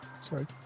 sorry